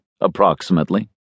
approximately